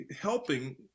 helping